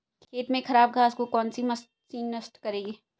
खेत में से खराब घास को कौन सी मशीन नष्ट करेगी?